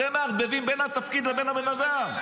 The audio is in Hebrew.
אתם מערבבים בין התפקיד לבין הבן אדם.